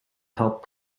help